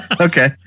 Okay